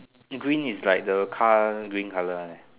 green is like the car green colour one eh